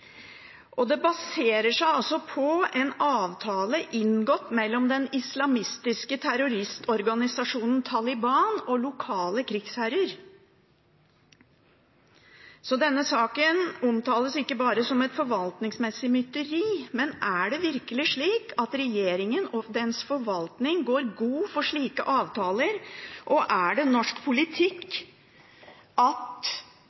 baserer seg på en avtale inngått mellom den islamistiske terroristorganisasjonen Taliban og lokale krigsherrer. Så denne saken omtales ikke bare som et forvaltningsmessig mytteri. Men er det virkelig slik at regjeringen og dens forvaltning går god for slike avtaler, og er det norsk